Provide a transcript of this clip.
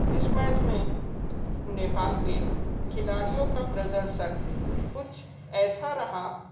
इस मैच में नेपाल के खिलाड़ियों का प्रदर्शन कुछ ऐसा रहा